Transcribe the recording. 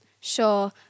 Sure